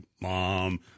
Mom